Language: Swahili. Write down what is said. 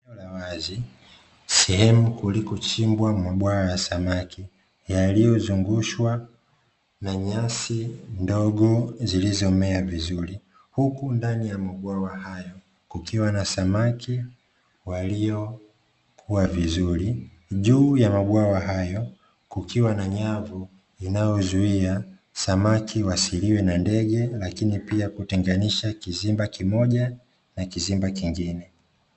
sehemu yaliyochimbwa mabwawa ya samaki, yaliyozungusha nyasi ndogo zilizomea vizuri, huku ndani ya mabwawa hayo kukiwa na samaki waliokua vizuri, juu ya mabwawa hayo kukiwa na nyavu inayozuia samaki wasiliwe na ndege, lakini pia kuachanisha kizimba kimoja na kizimba kikingine.